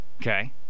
Okay